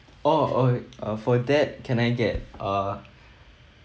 oh oh uh for that can I get a